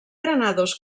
granados